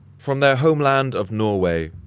from their homeland of norway,